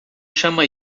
chama